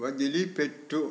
వదిలిపెట్టు